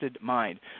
mind